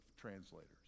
translators